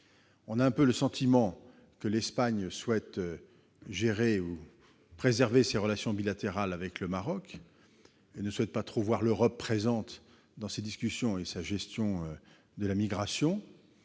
On a un peu le sentiment que l'Espagne veut gérer ou préserver ses relations bilatérales avec le Maroc et ne souhaite pas trop voir l'Europe présente dans ses discussions et sa gestion de la migration.